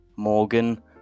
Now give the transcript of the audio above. Morgan